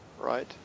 right